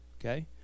Okay